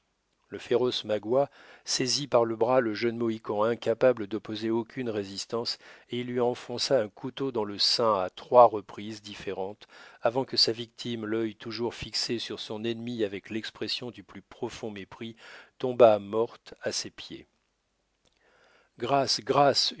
le féroce magua saisit par le bras le jeune mohican incapable d'opposer aucune résistance et il lui enfonça un couteau dans le sein à trois reprises différentes avant que sa victime l'œil toujours fixé sur son ennemi avec l'expression du plus profond mépris tombât morte à ses pieds grâce grâce